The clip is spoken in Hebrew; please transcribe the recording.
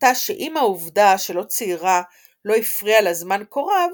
ענתה שאם העובדה שלא ציירה לא הפריעה לה זמן כה רב,